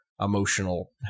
emotional